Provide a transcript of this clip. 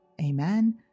Amen